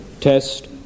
test